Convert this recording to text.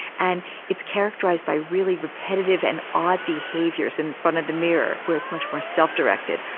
and it's characterised by really repetitive and odd behaviours in front of the mirror where it's much more self directed,